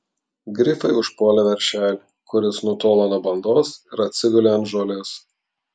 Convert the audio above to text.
grifai užpuolė veršelį kuris nutolo nuo bandos ir atsigulė ant žolės